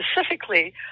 specifically